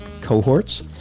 cohorts